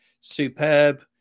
superb